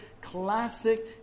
classic